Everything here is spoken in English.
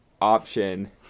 option